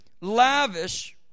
lavish